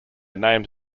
names